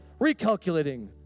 Recalculating